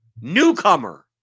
newcomer